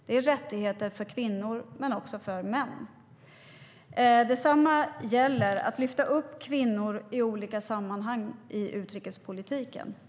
Det är rättigheter för kvinnor och för män. Detsamma gäller att lyfta upp kvinnor i olika sammanhang i utrikespolitiken.